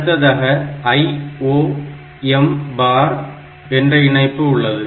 அடுத்ததாக IO M bar IO M bar என்ற இணைப்பு உள்ளது